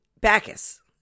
Bacchus